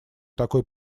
такой